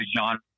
genre